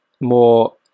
more